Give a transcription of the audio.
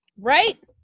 Right